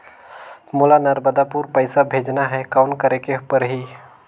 मोला नर्मदापुर पइसा भेजना हैं, कौन करेके परही?